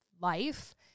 Life